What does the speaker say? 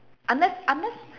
unless unless